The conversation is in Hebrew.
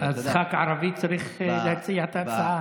אז ח"כ ערבי צריך להציע את ההצעה?